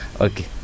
Okay